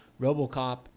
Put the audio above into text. RoboCop